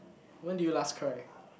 when did you last cry